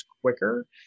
quicker